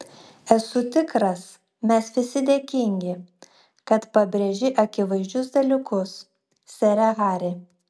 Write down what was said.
esu tikras mes visi dėkingi kad pabrėži akivaizdžius dalykus sere hari